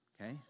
okay